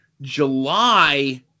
July